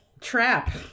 trap